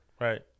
Right